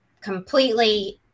completely